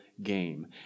game